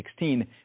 2016